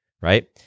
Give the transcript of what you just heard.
Right